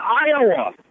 Iowa